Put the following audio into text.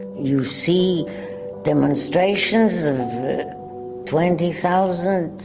you see demonstrations of twenty thousand